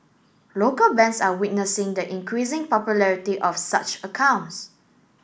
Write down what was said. local banks are witnessing the increasing popularity of such accounts